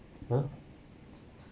hmm